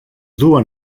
duen